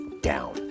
down